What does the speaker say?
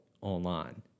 online